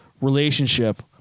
relationship